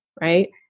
right